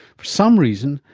for some reason,